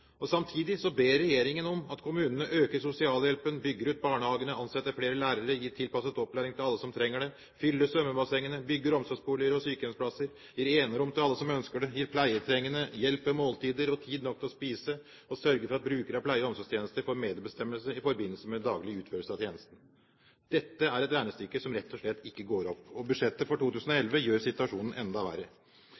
sin. Samtidig ber regjeringen om at kommunene øker sosialhjelpen, bygger ut barnehagene, ansetter flere lærere, gir tilpasset opplæring til alle som trenger det, fyller svømmebassengene, bygger omsorgsboliger og sykehjemsplasser, gir enerom til alle som ønsker det, gir pleietrengende hjelp ved måltider og tid nok til å spise og sørger for at brukere av pleie- og omsorgstjenester får medbestemmelse i forbindelse med den daglige utførelsen av tjenestene. Dette er et regnestykke som rett og slett ikke går opp, og budsjettet for